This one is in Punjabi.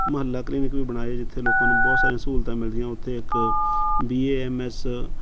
ਮੁਹੱਲਾ ਕਲੀਨਿਕ ਵੀ ਬਣਾਏ ਜਿੱਥੇ ਲੋਕਾਂ ਨੂੰ ਬਹੁਤ ਸਾਰੀਆਂ ਸਹੂਲਤਾਂ ਮਿਲਦੀਆਂ ਉੱਥੇ ਇੱਕ ਬੀ ਏ ਐਮ ਐਸ